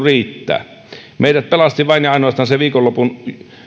riittää meidät pelastivat vain ja ainoastaan viikonlopun